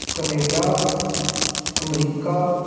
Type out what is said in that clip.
Canada America